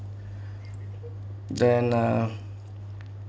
then uh